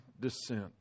descent